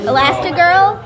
Elastigirl